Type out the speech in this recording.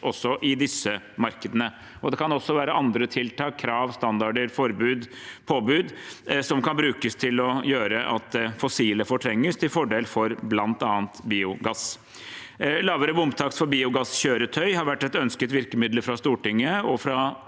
også i disse markedene. Det kan også være andre tiltak – krav, standarder, forbud, påbud – som kan brukes slik at det fossile fortrenges til fordel for bl.a. biogass. Lavere bomtakst for biogasskjøretøy har vært et ønsket virkemiddel fra Stortinget og fra